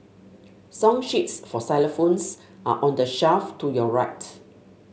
song sheets for xylophones are on the shelf to your right